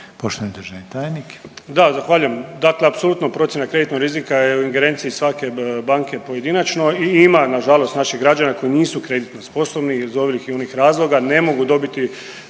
Poštovani državni tajnik.